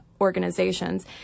organizations